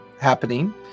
Happening